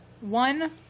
One